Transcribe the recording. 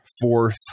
fourth